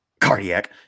Cardiac